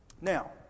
Now